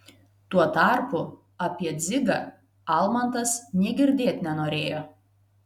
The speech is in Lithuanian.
tuo tarpu apie dzigą almantas nė girdėt nenorėjo